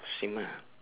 same ah